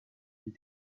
and